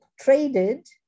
traded